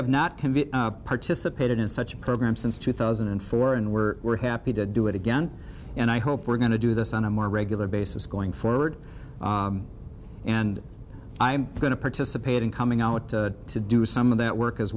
have not conveyed participated in such a program since two thousand and four and we're we're happy to do it again and i hope we're going to do this on a more regular basis going forward and i'm going to participate in coming out to do some of that work as